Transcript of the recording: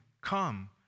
come